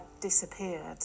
disappeared